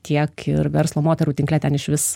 tiek ir verslo moterų tinkle ten išvis